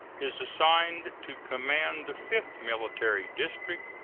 is assigned to command the fifth military district,